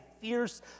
fierce